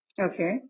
Okay